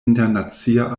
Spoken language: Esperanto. internacia